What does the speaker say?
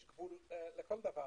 יש גבול לכל דבר.